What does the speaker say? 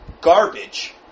garbage